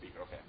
Okay